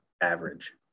average